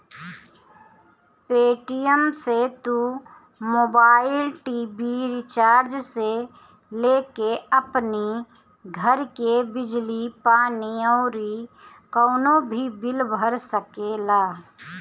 Paytm से तू mobile, TV recharge से लेके अपनी घर के बिजली पानी अउरी कवनो भी बिल भर सकेला